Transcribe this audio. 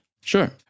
Sure